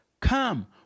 Come